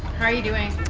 how are you doing?